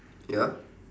ya